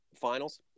Finals